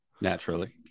Naturally